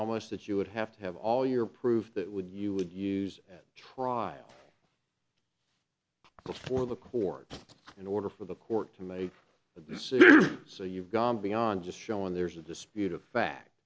almost that you would have to have all your proof that would you would use trial before the court in order for the court to make a decision so you've gone beyond just showing there's a dispute